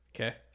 Okay